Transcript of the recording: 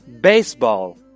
baseball